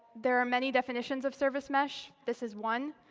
there are many definitions of service mesh. this is one.